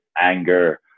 anger